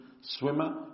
swimmer